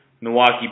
Milwaukee